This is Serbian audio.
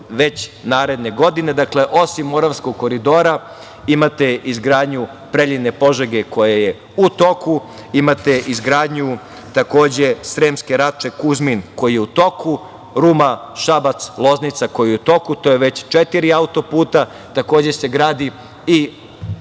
već naredne godine. Dakle, osim Moravskog koridora, imate izgradnju Preljine-Požege, koja je u toku. Imate izgradnju, takođe, Sremska Rača-Kuzmin, koji je u toku, Ruma-Šabac-Loznica, koji je u toku, to je već četiri autoputa. Takođe se gradi i